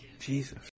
jesus